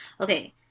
Okay